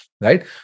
Right